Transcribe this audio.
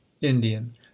Indian